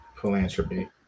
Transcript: philanthropy